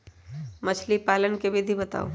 मछली पालन के विधि बताऊँ?